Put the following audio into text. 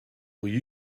will